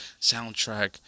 soundtrack